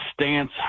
stance